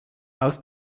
aus